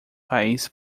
país